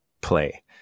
play